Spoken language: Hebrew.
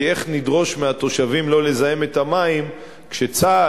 כי איך נדרוש מהתושבים לא לזהם את המים כשצה"ל